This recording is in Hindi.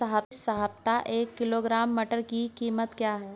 इस सप्ताह एक किलोग्राम मटर की कीमत क्या है?